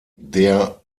der